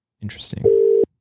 Interesting